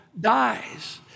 dies